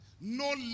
No